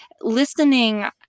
listening